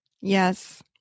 Yes